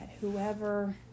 whoever